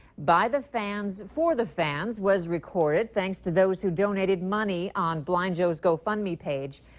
by the fans, for the fans' was recorded. thanks to those who donated money on blind joe's go fund me page.